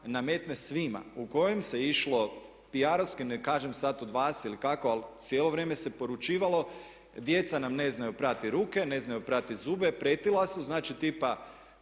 nametne svima u kojim se išlo PR-ovski, ne kažem sad od vas ili kako ali cijelo vrijeme se poručivalo djeca nam ne znaju prati ruke, ne znaju prati zube, pretila su. Znači, tipa